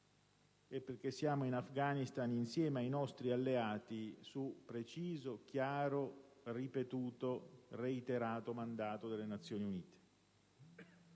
e siamo lì, insieme ai nostri alleati, su preciso, chiaro, ripetuto e reiterato mandato delle Nazioni Unite.